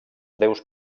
déus